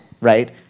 right